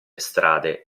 strade